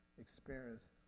experience